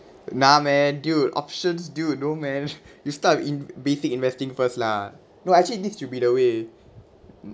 nah man dude options dude no man you start with in~ basic investing first lah no actually this should to be the way